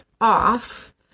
off